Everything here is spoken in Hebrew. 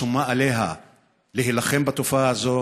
שומה עליה להילחם בתופעה הזו,